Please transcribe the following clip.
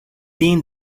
been